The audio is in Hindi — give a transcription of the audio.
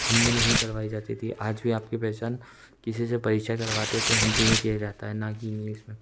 हिन्दी में ही करवाई जाती थी आज भी आपकी पहचान किसी से परिचय करवाते है तो हिन्दी में किया जाता है ना कि इंग्लिस में